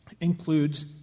includes